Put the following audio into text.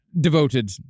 devoted